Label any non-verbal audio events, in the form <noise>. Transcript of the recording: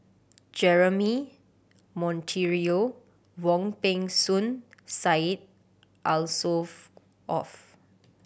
Jeremy Monteiro Wong Peng Soon Syed <unintelligible>